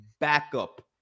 backup